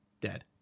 dead